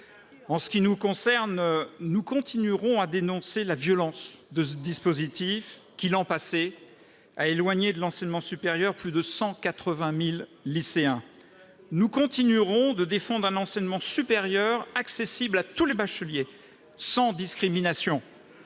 En ce qui nous concerne, nous continuerons à dénoncer la violence de ce dispositif, qui, l'an passé, a éloigné de l'enseignement supérieur plus de 180 000 lycéens. Nous continuerons de défendre un enseignement supérieur accessible à tous les bacheliers, sans discrimination.